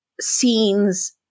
scenes